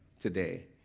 today